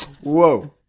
Whoa